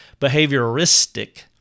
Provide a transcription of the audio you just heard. behavioristic